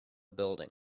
building